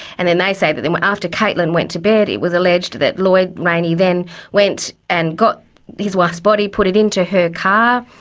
and then they say that then after caitlin went to bed it was alleged that lloyd rayney then went and got his wife's body, put it into her car,